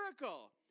miracle